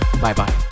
Bye-bye